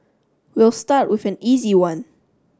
we'll start with an easy one